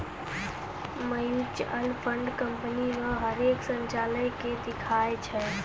mutual fund company रो हरेक संचालन के दिखाय छै